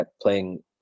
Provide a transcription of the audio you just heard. playing